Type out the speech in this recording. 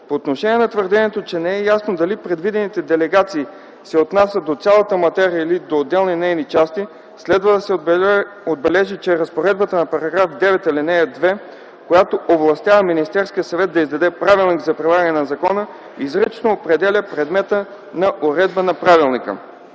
По отношение на твърдението, че не е ясно дали предвидените делегации се отнасят до цялата материя или до отделни нейни части следва да се отбележи, че разпоредбата на § 9, ал. 2, която овластява Министерския съвет да издаде правилник за прилагане на закона, изрично определя предмета на уредба на правилника.